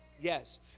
Yes